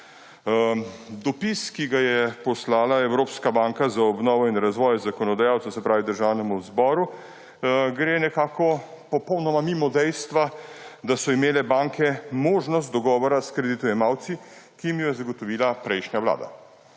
Dopis, ki ga je poslala Evropska banka za obnovo in razvoj zakonodajalcu, se pravi Državnemu zboru, gre nekako popolnoma mimo dejstva, da so imele banke možnost dogovora s kreditojemalci, ki jim ga je zagotovila prejšnja vlada.